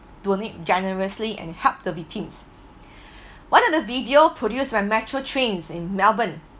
donate generously and help the victims one of the video produced when metro trains in melbourne